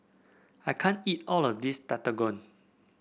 I can't eat all of this Tekkadon